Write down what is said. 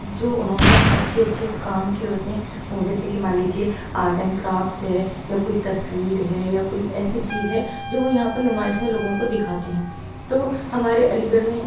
جو اُنہوں نے اچھے اچھے کام کیے ہوتے ہیں جیسے کہ مان لیجیے آرٹ اینڈ کرافٹس ہے یا کوئی تصویر ہے یا کوئی ایسی چیز ہے جو وہ یہاں پر نمائش میں لوگوں کو دکھاتے ہیں تو ہمارے علی گڑھ میں